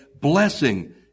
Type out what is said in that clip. blessing